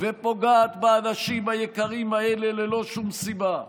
ופוגעת באנשים היקרים האלה ללא שום סיבה.